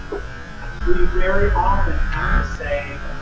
we very often have to say,